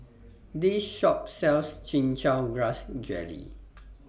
This Shop sells Chin Chow Grass Jelly